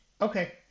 Okay